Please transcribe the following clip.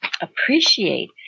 appreciate